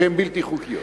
שהן בלתי חוקיות.